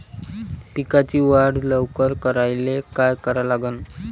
पिकाची वाढ लवकर करायले काय करा लागन?